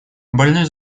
больной